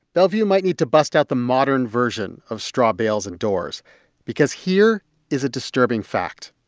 bellevue might need to bust out the modern version of straw bales and doors because here is a disturbing fact.